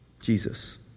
Jesus